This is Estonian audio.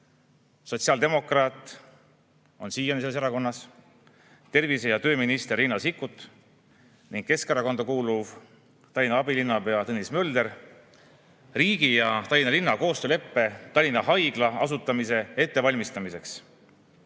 sotsiaaldemokraat, on siiani selles erakonnas, tervise‑ ja tööminister Riina Sikkut ning Keskerakonda kuuluv [tollane] Tallinna abilinnapea Tõnis Mölder riigi ja Tallinna linna koostööleppe Tallinna Haigla asutamise ettevalmistamiseks.